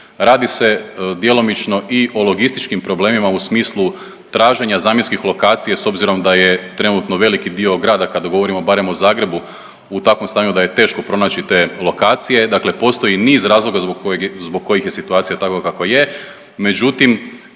Radi se djelomično i o logističkim problemima u smislu traženja zamjenskih lokacija s obzirom da je trenutno veliki dio grada kada govorimo barem o Zagrebu u takvom stanju da je teško pronaći te lokacije. Dakle, postoji niz razloga zbog kojih je situacija takva kakva je.